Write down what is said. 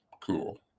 cool